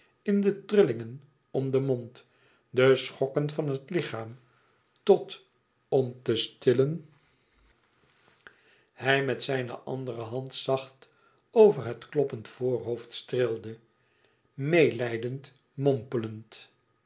in de trillingen om den mond de schokken van het lichaam tot om te stillen hij met zijne andere hand zacht over het kloppend voorhoofd streelde meêlijdend mompelend